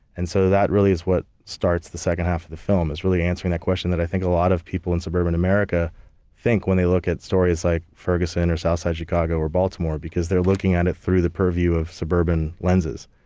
and so that really is what starts the second half of the film is really answering that question that i think a lot of people in suburban america think when they look at stories like ferguson or southside chicago or baltimore, because they're looking at it through the purview of suburban lenses.